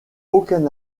aucun